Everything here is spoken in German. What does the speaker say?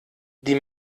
die